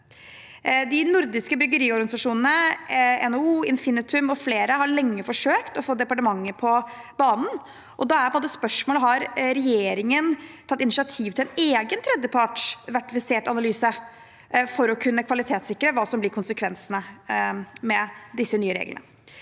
De nordiske bryggeriorganisasjonene, NHO, Infinitum og flere har lenge forsøkt å få departementet på banen. Da er spørsmålet: Har regjeringen tatt initiativ til en egen tredjepartsverifisert analyse for å kunne kvalitetssikre hva som blir konsekvensene med disse nye reglene?